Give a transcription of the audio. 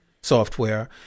software